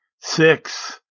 Six